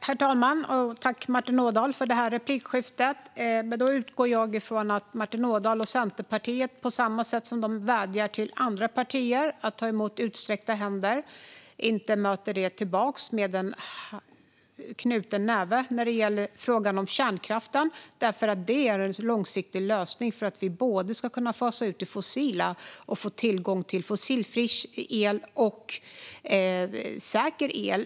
Herr talman! Tack, Martin Ådahl, för det här replikskiftet! Jag utgår då ifrån att Martin Ådahl och Centerpartiet på samma sätt som de vädjar till andra partier att ta emot utsträckta händer inte möter det med en knuten näve när det gäller frågan om kärnkraften. Det är en långsiktig lösning för att vi både ska kunna fasa ut det fossila och få tillgång till fossilfri el och säker el.